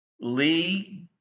Lee